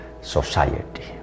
society